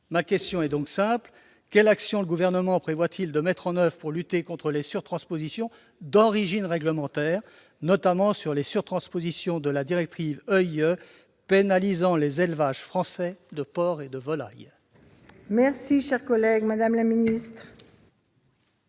Ma question est donc simple : quelles actions le Gouvernement prévoit-il de mettre en oeuvre pour lutter contre les surtranspositions d'origine réglementaire, notamment la surtransposition de la directive EIE, qui pénalise les élevages français de porcs et de volailles ? Excellente question